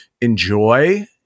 enjoy